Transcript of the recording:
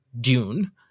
Dune